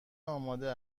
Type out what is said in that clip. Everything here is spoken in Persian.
آماده